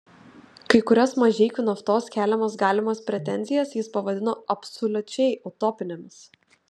kai kurias mažeikių naftos keliamas galimas pretenzijas jis pavadino absoliučiai utopinėmis